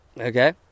okay